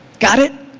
got it?